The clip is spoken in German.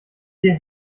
dir